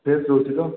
fresh ରହୁଛି ତ